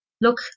look